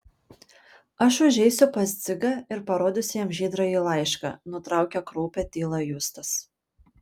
aš užeisiu pas dzigą ir parodysiu jam žydrąjį laišką nutraukė kraupią tylą justas